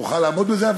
ונוכל לעמוד בזה.